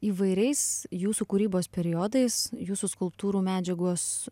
įvairiais jūsų kūrybos periodais jūsų skulptūrų medžiagos